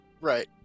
Right